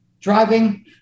Driving